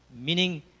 Meaning